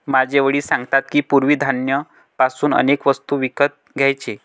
माझे वडील सांगतात की, पूर्वी धान्य पासून अनेक वस्तू विकत घ्यायचे